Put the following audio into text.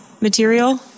material